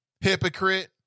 Hypocrite